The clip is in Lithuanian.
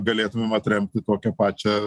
galėtumėm atremti tokią pačią